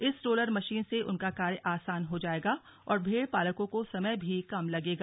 इस roller machine से उनका कार्य आसान हो जाएगा और भेड़ पालकों को समय भी कम लगेगा